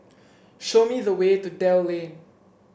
show me the way to Dell Lane